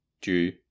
due